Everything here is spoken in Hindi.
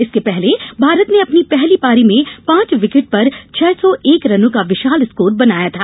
इसके पहले भारत ने अपनी पहली पारी में पांच विकेट पर छह सौ एक रनों का विशाल स्कोर बनाया था